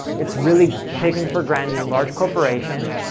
it's really taken for granted in large corporations.